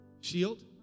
shield